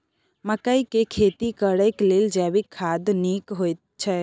मकई के खेती करेक लेल जैविक खाद नीक होयछै?